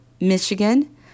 Michigan